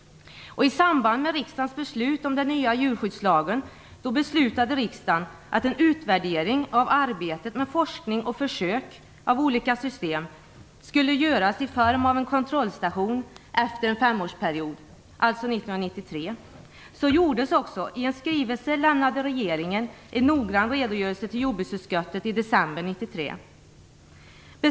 I samband med riksdagens beslut om den nya djurskyddslagen beslutade riksdagen att en utvärdering av arbetet med forskning och försök gällande olika system skulle göras i form av en kontrollstation efter en femårsperiod, alltså 1993. Så gjordes också. I en skrivelse lämnade regeringen en noggrann redogörelse till jordbruksutskottet i december 1993.